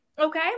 okay